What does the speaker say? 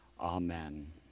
Amen